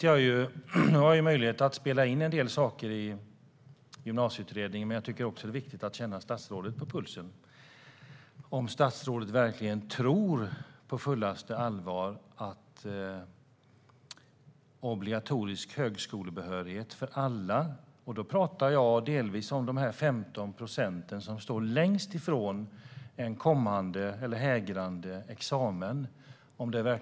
Jag har möjlighet att så att säga spela in en del i Gymnasieutredningen, men jag tycker också att det är viktigt att känna statsrådet på pulsen. Tror statsrådet verkligen på fullaste allvar att obligatorisk högskolebehörighet för alla ska hjälpa bland annat de 15 procent av eleverna som står längst från en hägrande examen?